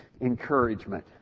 encouragement